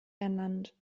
ernannt